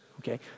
okay